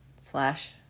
slash